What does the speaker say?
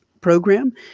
program